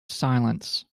silence